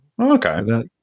Okay